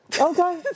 Okay